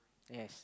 yes